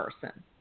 person